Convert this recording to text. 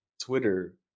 Twitter